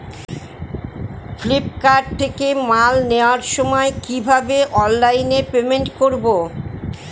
Flipkart থেকে মাল কেনার সময় কিভাবে অনলাইনে পেমেন্ট করব?